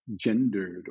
gendered